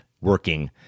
working